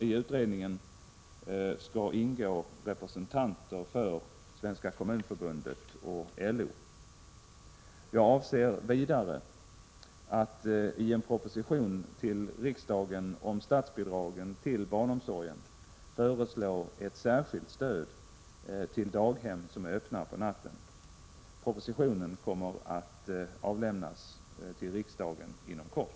I utredningen skall ingå representanter för Svenska kommunförbundet och LO. Jag avser vidare att i en proposition till riksdagen om statsbidragen till barnomsorgen föreslå ett särskilt stöd till daghem som är öppna på natten. Propositionen kommer att avlämnas till riksdagen inom kort.